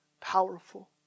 powerful